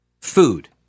food